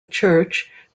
church